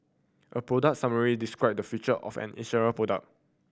a product summary describe the feature of an insurance product